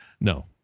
No